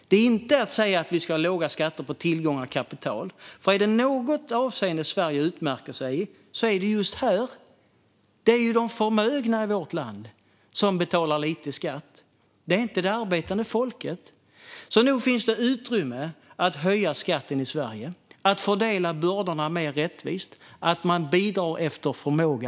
Det är inte att säga att vi ska ha låga skatter på tillgångar och kapital. Är det i något avseende Sverige utmärker sig är det här. Det är ju de förmögna i vårt land som betalar lite skatt, inte det arbetande folket. Så nog finns det utrymme att höja skatten i Sverige, att fördela bördorna mer rättvist och att bidra efter förmåga.